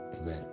Amen